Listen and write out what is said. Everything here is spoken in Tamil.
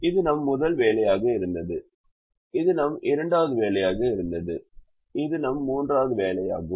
இது நம் முதல் வேலையாக இருந்தது இது நம் இரண்டாவது வேலையாக இருந்தது இது நம் மூன்றாவது வேலையாகும்